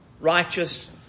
righteous